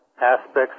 aspects